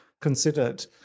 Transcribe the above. considered